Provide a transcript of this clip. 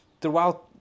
throughout